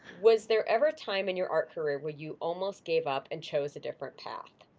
was there ever time in your art career when you almost gave up and chose a different path?